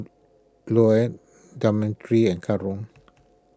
Lorne Demetri and Karon